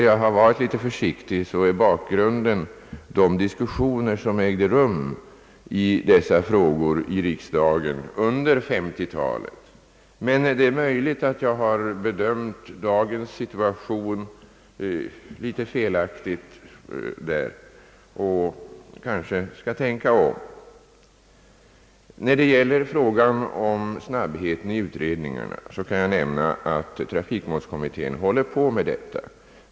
Bakgrunden till min försiktighet är de diskussioner som ägde rum i dessa frågor i riksdagen under 1950-talet. Det är emellertid möjligt att jag har bedömt dagens situation på denna punkt något felaktigt och att jag kanske skulle tänka om. Beträffande frågan om snabbheten i utredningarna kan jag nämna, att trafikmålskommittén håller på att behandla den saken.